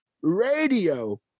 radio